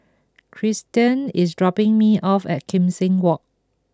Tristian is dropping me off at Kim Seng Walk